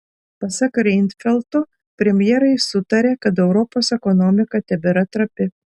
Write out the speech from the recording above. pasak reinfeldto premjerai sutarė kad europos ekonomika tebėra trapi